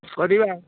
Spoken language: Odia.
କରିବା